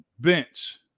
bench